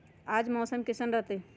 आज मौसम किसान रहतै?